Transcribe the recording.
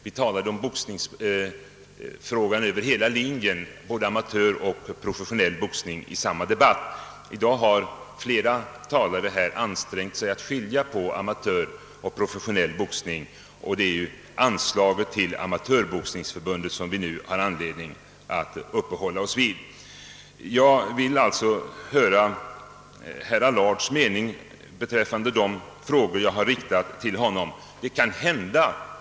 Vi talade om boxningsfrågan över hela linjen — både amatöroch proffsboxning — i dessa debatter. I dag har flera talare ansträngt sig att skilja mellan amatörboxning och professionell boxning. Det är nämligen anslaget till amatörboxningsförbundet vi nu har anledning att upphålla oss vid. Jag vill alltså höra herr Allards mening beträffande de frågor jag har riktat till honom.